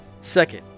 Second